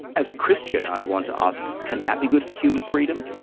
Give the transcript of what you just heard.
as a christian i'd want to ask, can that be good for human freedom?